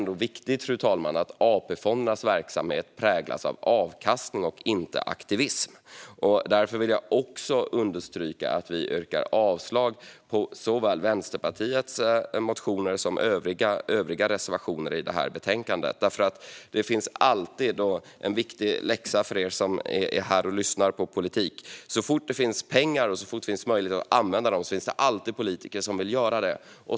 Det är trots allt viktigt att AP-fondernas verksamhet präglas av avkastning och inte aktivism. Därför vill jag också understryka att vi yrkar avslag på såväl Vänsterpartiets reservation som övriga partiers motioner i betänkandet. Det finns en viktig läxa för er som är här och lyssnar på politik: Så fort det finns pengar och en möjlighet att använda dem finns det också alltid politiker som vill göra det.